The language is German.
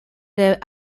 der